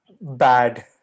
Bad